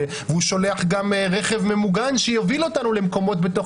והוא שולח גם רכב ממוגן שיוביל אותנו למקומות בתוך